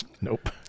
Nope